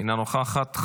אינה נוכחת.